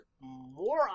more